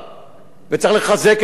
וצריך לחזק את זה ולתגבר את זה,